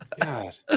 God